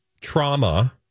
trauma